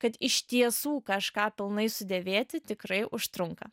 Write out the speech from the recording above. kad iš tiesų kažką pilnai sudėvėti tikrai užtrunka